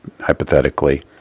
hypothetically